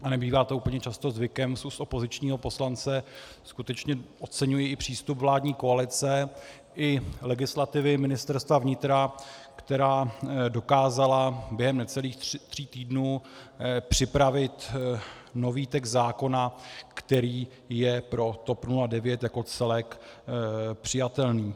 A nebývá to úplně často zvykem z úst opozičního poslance, skutečně oceňuji i přístup vládní koalice i legislativy Ministerstva vnitra, která dokázala během necelých tří týdnů připravit nový text zákona, který je pro TOP 09 jako celek přijatelný.